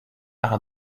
par